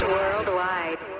Worldwide